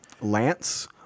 Lance